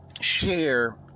share